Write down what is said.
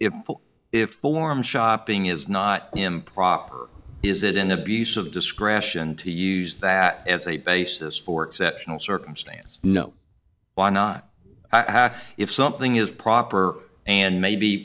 shopping is not improper is it an abuse of discretion to use that as a basis for exceptional circumstance no why not if something is proper and may be